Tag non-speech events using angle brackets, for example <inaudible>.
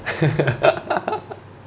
<laughs>